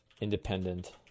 Independent